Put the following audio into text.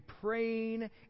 praying